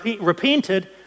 repented